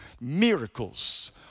Miracles